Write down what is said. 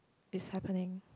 is happening